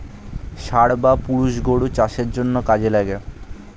ষাঁড় বা পুরুষ গরু চাষের জন্যে কাজে লাগে